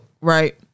right